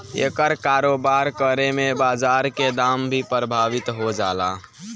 एकर कारोबार करे में बाजार के दाम भी प्रभावित हो जाला